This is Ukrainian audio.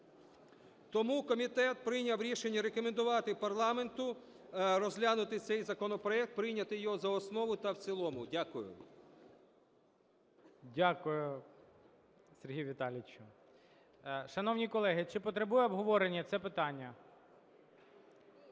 Тому комітет прийняв рішення рекомендувати парламенту розглянути цей законопроект, прийняти його за основу та в цілому. Дякую. ГОЛОВУЮЧИЙ. Дякую, Сергію Віталійовичу. Шановні колеги, чи потребує обговорення це питання?